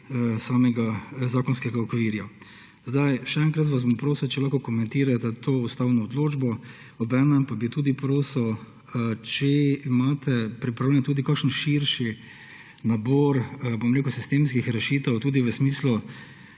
samega zakonskega okvirja. Še enkrat vas bom prosil, če lahko komentirate to ustavno odločbo. Obenem pa bi tudi prosil, če imate pripravljen tudi kakšen širši nabor sistemskih rešitev tudi v smislu